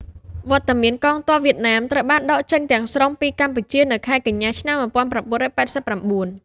វត្តមានកងទ័ពវៀតណាមត្រូវបានដកចេញទាំងស្រុងពីកម្ពុជានៅខែកញ្ញា ឆ្នាំ ១៩៨៩។